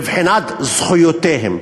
מבחינת זכויותיהם,